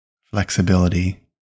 flexibility